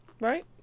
Right